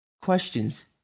Questions